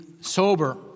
sober